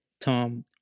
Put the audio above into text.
Tom